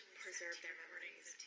preserve their memories.